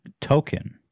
token